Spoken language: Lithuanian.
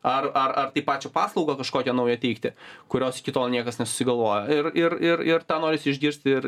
ar ar ar tai pačią paslaugą kažkokią naują teikti kurios iki tol niekas nesusigalvojo ir ir ir ir tą norisi išgirsti ir